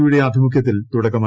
യുടെ ആഭിമുഖ്യത്തിൽ തുടക്കമായി